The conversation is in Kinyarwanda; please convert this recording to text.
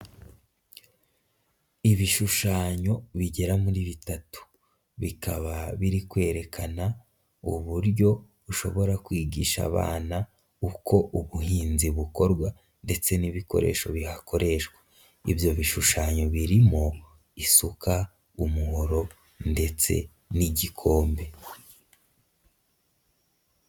Ibishushanyo bigera muri bitatu bikaba biri kwerekana uburyo ushobora kwigisha abana uko ubuhinzi bukorwa ndetse n'ibikoresho bihakoreshwa, ibyo bishushanyo birimo isuka, umuhoro ndetse n'igikombe.